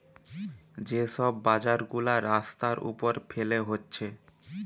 যে সব বাজার গুলা রাস্তার উপর ফেলে হচ্ছে